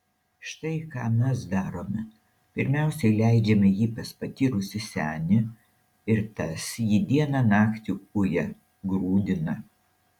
štai ką mes darome pirmiausia įleidžiame jį pas patyrusį senį ir tas jį dieną naktį uja grūdina